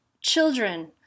children